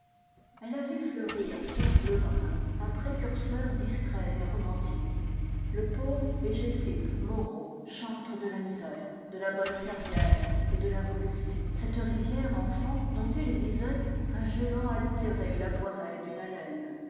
elle a vu fleurir pierre lebrun un précurseur discret des romantiques le pauvre hégésippe moreau chantre de la misère de la bonne fermière et de la voulzie cette rivièreenfant dont il disait un géant altéré la boirait d'une haleine